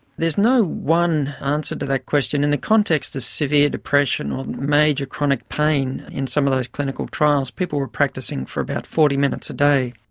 there's no one answer to that question. in the context of severe depression or major chronic pain in some of those clinical trials people were practicing for about forty minutes a day.